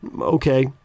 okay